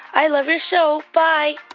i love your show. bye